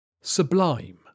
Sublime